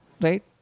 right